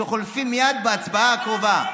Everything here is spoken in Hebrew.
שחולפים מייד בהצבעה הקרובה?